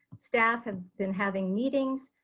staff have been having meetings,